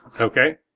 Okay